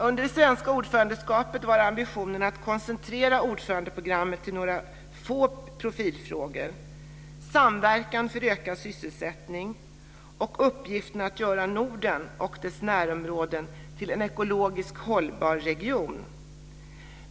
Under det svenska ordförandeskapet var ambitionen att koncentrera ordförandeprogrammet till några få profilfrågor: samverkan för ökad sysselsättning och uppgiften att göra Norden och dess närområden till en ekologiskt hållbar region.